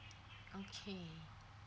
okay